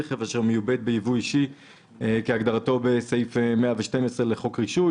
הרכב ואשר מיובאת בייבוא אישי כהגדרתו בסעיף 112 לחוק רישוי,